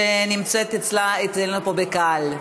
שנמצאת אצלנו בקהל.